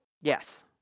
Yes